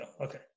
Okay